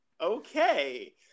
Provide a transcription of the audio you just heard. Okay